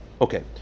Okay